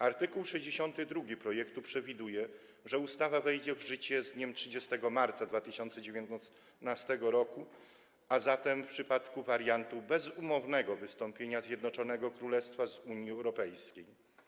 Art. 62 projektu przewiduje, że ustawa wejdzie w życie z dniem 30 marca 2019 r., a zatem w przypadku wariantu bezumownego wystąpienia Zjednoczonego Królestwa z Unii Europejskiej.